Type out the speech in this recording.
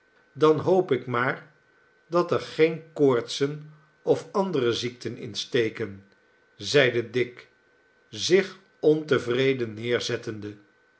dan hoop ik maar dat er geene koortsen of andere ziekten in steken zeide dick zich ontevreden neerzettende